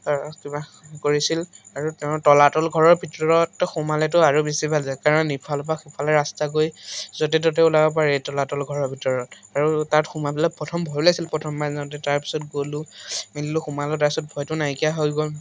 কিবা কৰিছিল আৰু তেওঁ তলাতল ঘৰৰ ভিতৰত সোমালেতো আৰু বেছি ভাল হয় কাৰণ ইফালৰ পৰা সিফালেৰে ৰাস্তা গৈ য'তে ত'তে ওলাব পাৰি তলাতল ঘৰৰ ভিতৰত আৰু তাত সোমাবলে প্ৰথম ভয় লাগিছিল প্ৰথম সোমাই যাওঁতে তাৰপিছত গ'লোঁ মেলিলোঁ সোমালোঁ তাৰপিছত ভয়টো নাইকিয়া হৈ গ'ল